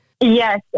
Yes